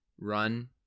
run